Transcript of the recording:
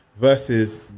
versus